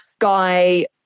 guy